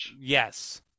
Yes